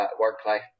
work-life